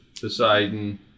Poseidon